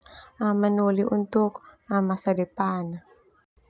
Manoli untuk masa depan.